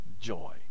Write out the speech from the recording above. joy